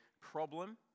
problem